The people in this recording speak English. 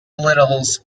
littles